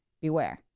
Beware